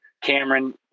Cameron